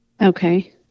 Okay